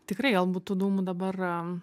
tikrai galbūt tų dūmų dabar